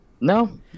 No